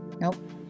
Nope